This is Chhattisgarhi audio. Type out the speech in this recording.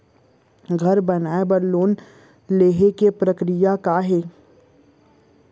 घर बनाये बर लोन लेहे के का प्रक्रिया हे?